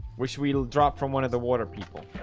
which will drop from one of the water people